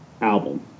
album